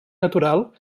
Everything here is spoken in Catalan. natural